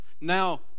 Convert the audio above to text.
now